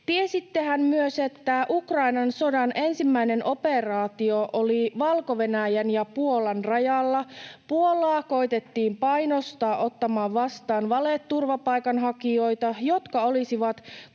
Tiesittehän myös, että Ukrainan sodan ensimmäinen operaatio oli Valko-Venäjän ja Puolan rajalla? Puolaa koetettiin painostaa ottamaan vastaan valeturvapaikanhakijoita, jotka olisivat